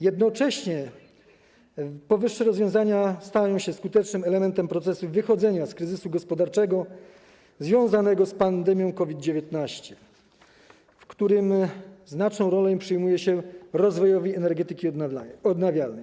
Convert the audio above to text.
Jednocześnie powyższe rozwiązania stają się skutecznym elementem procesu wychodzenia z kryzysu gospodarczego związanego z pandemią COVID-19, w którym znaczną rolę przyznaje się rozwojowi energetyki odnawialnej.